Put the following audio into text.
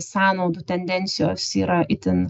sąnaudų tendencijos yra itin